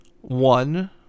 one